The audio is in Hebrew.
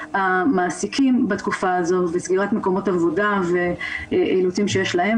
המעסיקים בתקופה הזאת וסגירת מקומות עבודה ואילוצים שיש להם,